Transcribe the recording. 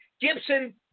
Gibson